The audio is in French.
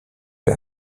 peu